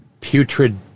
putrid